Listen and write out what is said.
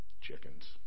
Chickens